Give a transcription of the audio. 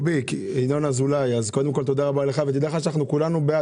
רוביק, תודה רבה לך ותדע לך שכולנו בעד.